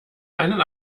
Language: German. einen